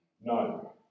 No